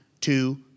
two